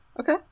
Okay